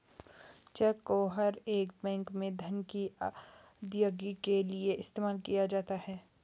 check को हर एक बैंक में धन की अदायगी के लिये इस्तेमाल किया जाता है